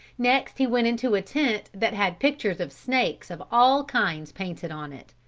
next he went into a tent that had pictures of snakes of all kinds painted on it.